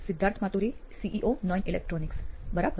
Siddharth Maturi CEO નોઇન electronics બરાબર